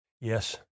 Yes